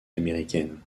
américaines